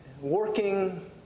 working